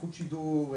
איכות שידור,